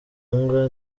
mbwa